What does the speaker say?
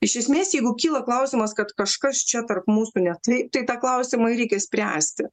iš esmės jeigu kyla klausimas kad kažkas čia tarp mūsų ne taip tai tą klausimą ir reikia spręsti